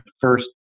first